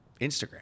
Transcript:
Instagram